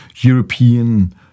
European